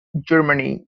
germany